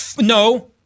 No